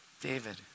David